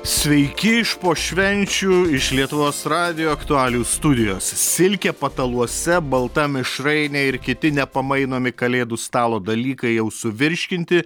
sveiki iš po švenčių iš lietuvos radijo aktualijų studijos silkė pataluose balta mišrainė ir kiti nepamainomi kalėdų stalo dalykai jau suvirškinti